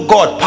God